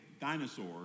dinosaurs